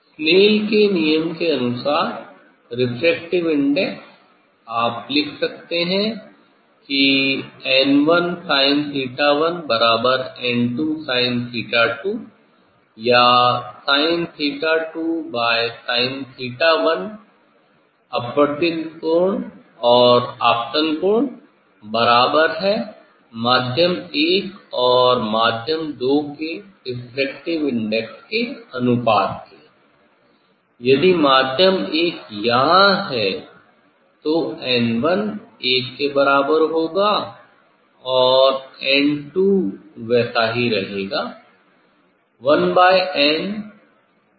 Snell के नियम के अनुसार रेफ्रेक्टिव इंडेक्स आप लिख सकते हैं कि n1sin1n2sin2 या sin2 बाई sin1 अपवर्तित कोण और आपतन कोण बराबर है माध्यम एक और माध्यम दो के रेफ्रेक्टिव इंडेक्स के अनुपात के यदि माध्यम 1 यहाँ है तो 'n1' एक के बराबर होगा और 'n2' वैसा ही रहेगा